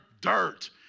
dirt